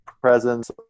presence